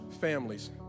families